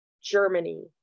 Germany